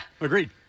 Agreed